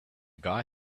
guy